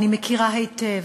אני מכירה היטב,